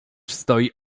stoi